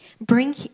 bring